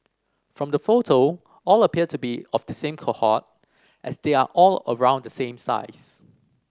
from the photo all appear to be of the same cohort as they are all around the same size